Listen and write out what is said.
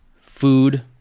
food